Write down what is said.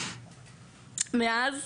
מאז,